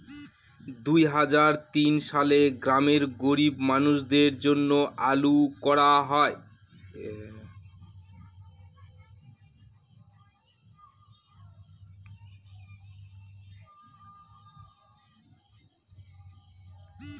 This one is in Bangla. দুই হাজার তিন সালে গ্রামের গরীব মানুষদের জন্য চালু করা হয়